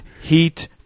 heat